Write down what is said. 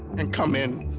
and come in,